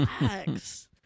relax